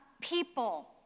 people